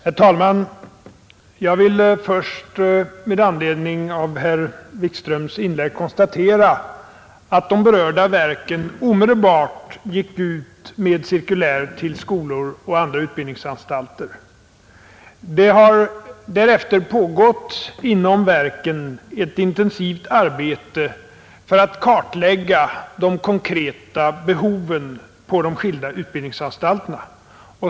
Herr talman! Jag vill först med anledning av herr Wikströms inlägg konstatera att de berörda verken omedelbart gick ut med sitt cirkulär till skolor och andra undervisningsanstalter. Därefter har inom verken pågått ett intensivt arbete för att kartlägga de konkreta behoven inom de skilda utbildningsanstalterna.